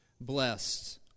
blessed